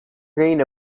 reign